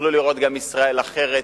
שיוכלו לראות גם ישראל אחרת,